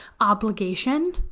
obligation